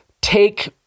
take